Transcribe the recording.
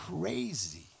crazy